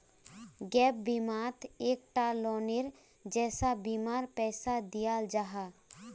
gap बिमात एक टा लोअनेर जैसा बीमार पैसा दियाल जाहा